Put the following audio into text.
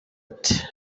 ati